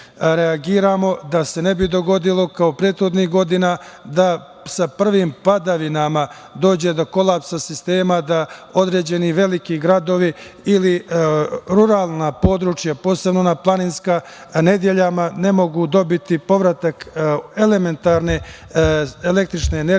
da se ne bi dogodilo kao prethodnih godina da sa prvim padavinama dođe do kolapsa sistema, da određeni veliki gradovim ili ruralna područja, posebno planinska, nedeljama ne mogu dobiti povratak elementarne električne energije